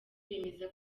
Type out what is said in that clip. bemeza